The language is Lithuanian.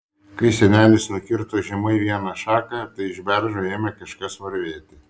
kai senelis nukirto žemai vieną šaką tai iš beržo ėmė kažkas varvėti